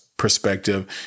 perspective